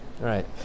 Right